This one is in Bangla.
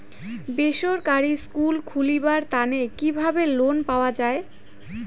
বেসরকারি স্কুল খুলিবার তানে কিভাবে লোন পাওয়া যায়?